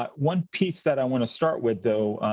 but one piece that i want to start with though,